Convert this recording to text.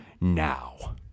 now